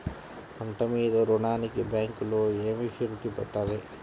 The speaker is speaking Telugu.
పంట మీద రుణానికి బ్యాంకులో ఏమి షూరిటీ పెట్టాలి?